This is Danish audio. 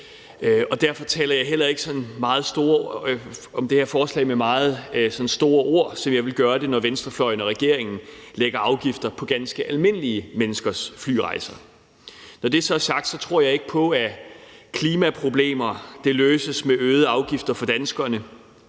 og derfor taler jeg heller ikke om det her forslag med sådan meget store ord, som jeg ville gøre det, når venstrefløjen og regeringen lægger afgifter på ganske almindelige menneskers flyrejser. Når det så er sagt, tror jeg ikke på, at klimaproblemer løses med øgede afgifter for danskerne,